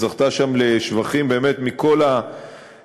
שזכתה שם לשבחים, באמת, מכל הארגונים.